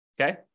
Okay